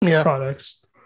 products